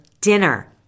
dinner